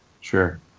sure